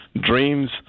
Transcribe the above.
dreams